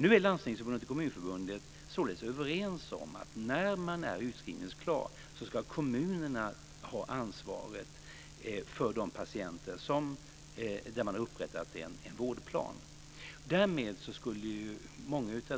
Nu är Landstingsförbundet och Kommunförbundet således överens om att när man är utskrivningsklar ska kommunerna ta över ansvaret för patienterna med hjälp av en upprättad vårdplan. Därmed skulle mycket